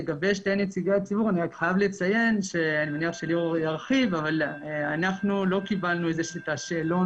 לגבי שני נציגי הציבור אני מניח שליאור ירחיב לא קיבלנו את השאלון.